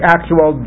Actual